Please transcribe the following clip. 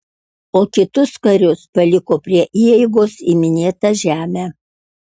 o kitus karius paliko prie įeigos į minėtą žemę